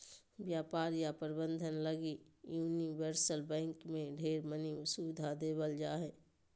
व्यापार या प्रबन्धन लगी यूनिवर्सल बैंक मे ढेर मनी सुविधा देवल जा हय